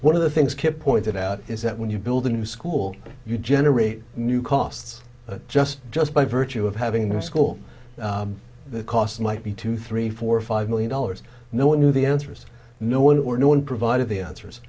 one of the things kipp pointed out is that when you build a new school you generate new costs just just by virtue of having a school the cost might be two three four five million dollars no one knew the answers no one or no one provided the answers